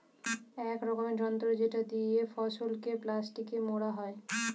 এক রকমের যন্ত্র যেটা দিয়ে ফসলকে প্লাস্টিকে মোড়া হয়